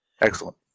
Excellent